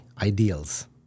ideals